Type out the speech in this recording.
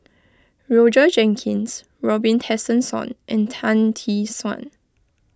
Roger Jenkins Robin Tessensohn and Tan Tee Suan